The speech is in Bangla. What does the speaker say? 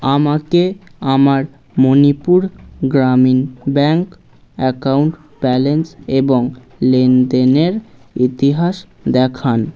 আমাকে আমার মণিপুর গ্রামীণ ব্যাঙ্ক অ্যাকাউন্ট ব্যালেন্স এবং লেনদেনের ইতিহাস দেখান